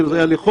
זה היה לחודש?